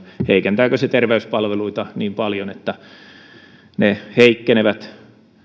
heikentääkö se terveyspalveluita niin paljon että ne heikkenevät